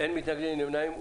אין מתנגדים, אין נמנעים.